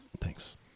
Thanks